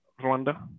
Rwanda